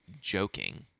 joking